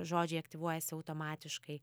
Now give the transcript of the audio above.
žodžiai aktyvuojasi automatiškai